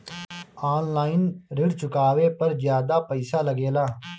आन line ऋण चुकावे पर ज्यादा पईसा लगेला?